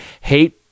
hate